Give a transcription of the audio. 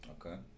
Okay